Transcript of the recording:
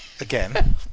Again